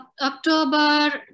October